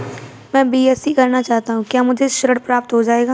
मैं बीएससी करना चाहता हूँ क्या मुझे ऋण प्राप्त हो जाएगा?